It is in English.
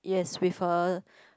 yes with a